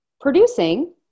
producing